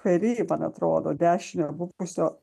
feri man atrodo dešiniojo buvusio